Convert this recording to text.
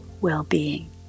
well-being